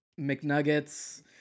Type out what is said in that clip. mcnuggets